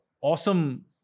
awesome